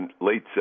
late